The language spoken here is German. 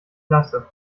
lasse